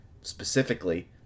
specifically